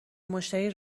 مشتری